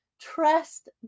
trust